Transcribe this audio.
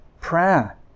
prayer